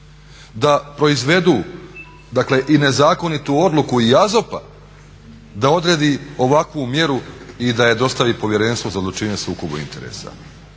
da proizvedu dakle i nezakonitu odluku i AZOP-a da odredi ovakvu mjeru i da je dostavi Povjerenstvu za odlučivanje o sukobu interesa?